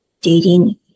dating